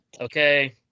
Okay